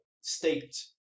state